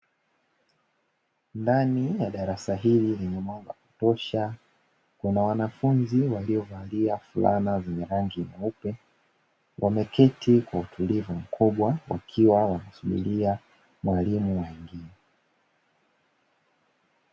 Ndani ya darasa hili lenye mwanga wa kutosha, kuna wanafunzi waliovalia fulana zenye rangi nyeupe, wameketi kwa utulivu mkubwa wakiwa wanasubiria mwalimu aingie.